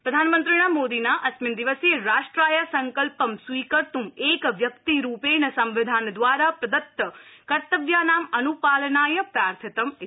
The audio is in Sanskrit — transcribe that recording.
प्रधानमन्त्रिणा मोदिना अस्मिन् दिवसे राष्ट्राय संकल्पं स्वीकर्त्रं एक व्यक्तिरूपेण संविधान द्वारा प्रदत्त कर्तव्यानाम् अन्पालनाय प्रार्थितम् इति